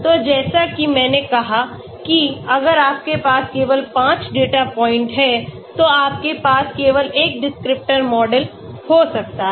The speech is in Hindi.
तो जैसा कि मैंने कहा कि अगर आपके पास केवल 5 डेटा पॉइंट हैं तो आपके पास केवल एक डिस्क्रिप्टर मॉडल हो सकता है